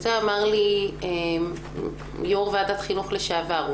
את זה אמר לי יו"ר ועדת חינוך לשעבר.